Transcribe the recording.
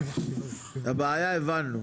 את הבעיה הבנו.